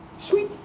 sweet,